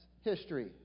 history